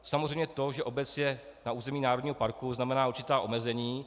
Samozřejmě to, že obec je na území národního parku, znamená určitá omezení.